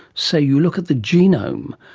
so you look at the genome.